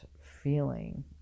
feeling